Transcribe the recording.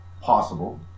Possible